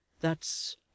That's